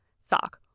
sock